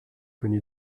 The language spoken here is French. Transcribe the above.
connu